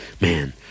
man